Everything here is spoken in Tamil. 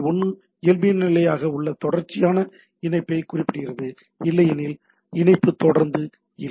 1 இயல்புநிலையாக ஒரு தொடர்ச்சியான இணைப்பைக் குறிப்பிடுகிறது இல்லையெனில் இணைப்பு தொடர்ந்து இல்லை